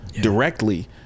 directly